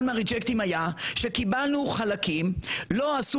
אחד מהריג'קטים היה שקיבלנו חלקים ולא עשו